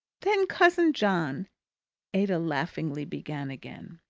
then, cousin john ada laughingly began again.